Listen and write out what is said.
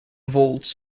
vaults